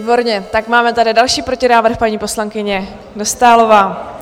Výborně, tak máme tady další protinávrh, paní poslankyně Dostálová.